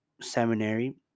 seminary